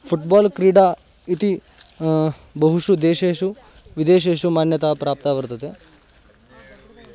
football क्रीडा इति बहुषु देशेषु विदेशेषु मान्यता प्राप्ता वर्तते